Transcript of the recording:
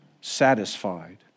satisfied